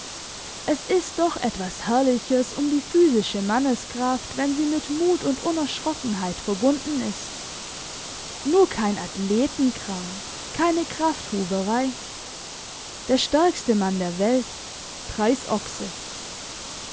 es ist doch etwas herrliches um die physische manneskraft wenn sie mit mut und unerschrockenheit verbunden ist nur kein athletenkram keine krafthuberei der stärkste mann der welt preisochse